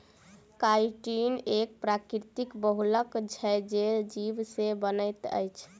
chitin एक प्राकृतिक बहुलक छै जे जीव से बनैत अछि